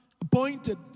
appointed